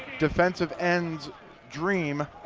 defensive ends dream,